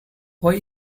why